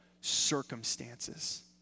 circumstances